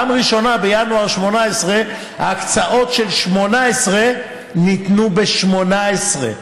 ההקצאות של 2018 ניתנו ב-2018.